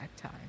time